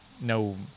no –